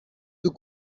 deux